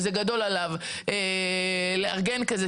וזה גדול עליו לארגן את זה,